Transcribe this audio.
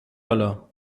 حالا